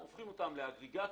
הופכים אותם לאגרגטים,